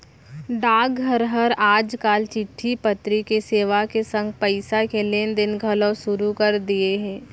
डाकघर हर आज काल चिट्टी पतरी के सेवा के संग पइसा के लेन देन घलौ सुरू कर दिये हे